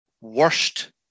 worst